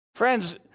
Friends